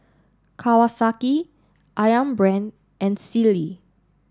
Kawasaki Ayam Brand and Sealy